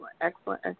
Excellent